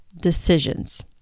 decisions